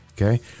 Okay